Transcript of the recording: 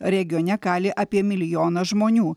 regione kali apie milijoną žmonių